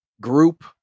group